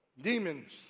Demons